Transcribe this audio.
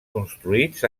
construïts